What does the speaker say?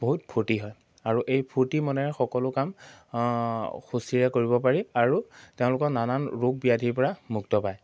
বহুত ফূৰ্তি হয় আৰু এই ফূৰ্তি মনেৰে সকলো কাম সুস্থিৰে কৰিব পাৰি আৰু তেওঁলোকৰ নানান ৰোগ ব্যাধিৰ পৰা মুক্ত পায়